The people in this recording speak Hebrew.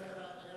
היה לך BSA,